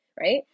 right